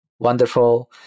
wonderful